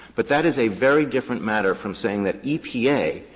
but that is a very different matter from saying that epa,